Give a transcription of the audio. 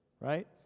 right